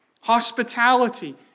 hospitality